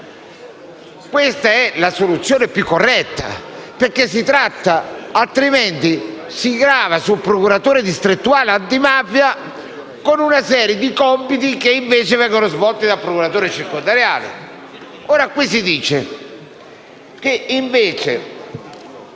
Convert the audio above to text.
Questa è la soluzione più corretta, perché, altrimenti, si grava il procuratore distrettuale antimafia di una serie di compiti che, invece, vengono svolti dal procuratore circondariale.